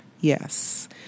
Yes